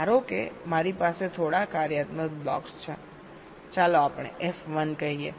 ધારો કે મારી પાસે થોડા કાર્યાત્મક બ્લોક્સ છે ચાલો આપણે F1 કહીએ